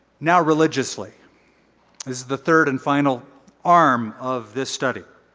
now religiously is the third and final arm of this study.